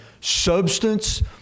substance